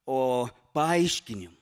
o paaiškinimų